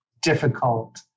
difficult